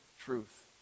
truth